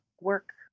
work